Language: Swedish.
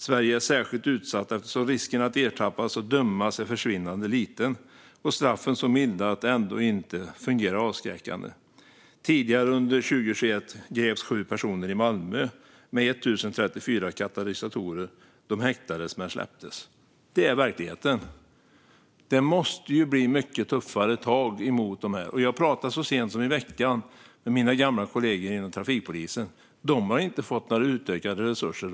Sverige är särskilt utsatt eftersom risken att ertappas och dömas är försvinnande liten, och straffen så milda att det ändå inte fungerar avskräckande. Tidigare greps sju personer i Malmö med 1 034 katalysatorer. De häktades, men släpptes." Det var 2021. Det är verkligheten. Det måste bli mycket tuffare tag. Så sent som i veckan pratade jag med mina gamla kollegor inom trafikpolisen. De har inte fått några utökade resurser.